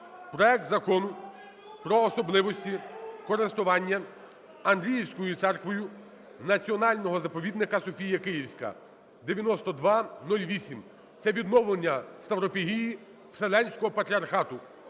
проект Закону про особливості користування Андріївською церквою Національного заповідника "Софія Київська" (9208). Це відновлення ставропігії Вселенського Патріархату.